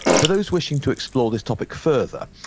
for those wishing to explore this topic further,